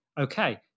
okay